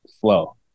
flow